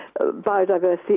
biodiversity